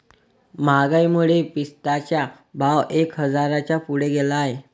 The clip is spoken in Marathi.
महागाईमुळे पिस्त्याचा भाव एक हजाराच्या पुढे गेला आहे